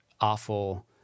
awful